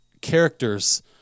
characters